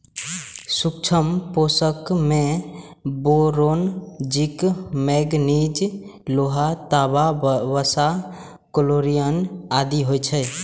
सूक्ष्म पोषक मे बोरोन, जिंक, मैगनीज, लोहा, तांबा, वसा, क्लोरिन आदि होइ छै